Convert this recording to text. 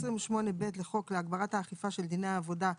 28(ב) לחוק להגברת האכיפה של דיני עבודה,